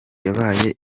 yabaye